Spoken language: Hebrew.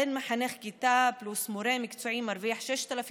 איך מחנך כיתה פלוס מורה מקצועי מרוויח 6,000 ש"ח?